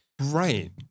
right